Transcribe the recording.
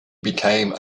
became